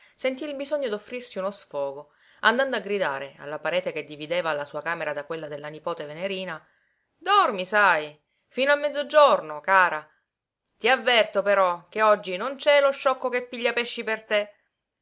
sentí il bisogno d'offrirsi uno sfogo andando a gridare alla parete che divideva la sua camera da quella della nipote venerina dormi sai fino a mezzogiorno cara ti avverto però che oggi non c'è lo sciocco che piglia pesci per te